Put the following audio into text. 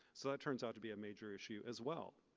so that turns out to be a major issue as well.